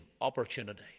opportunity